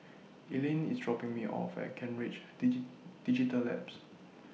Elayne IS dropping Me off At Kent Ridge Digital Labs